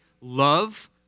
love